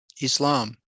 islam